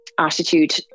Attitude